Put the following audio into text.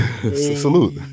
Salute